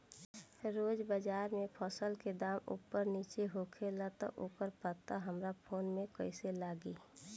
रोज़ बाज़ार मे फसल के दाम ऊपर नीचे होखेला त ओकर पता हमरा फोन मे कैसे लागी?